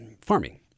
farming